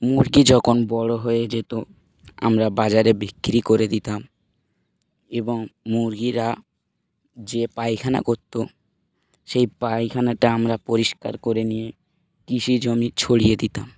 মুরগি যখন বড়ো হয়ে যেত আমরা বাজারে বিক্রি করে দিতাম এবং মুরগিরা যে পায়খানা করতো সেই পায়খানাটা আমরা পরিষ্কার করে নিয়ে কৃষি জমি ছড়িয়ে দিতাম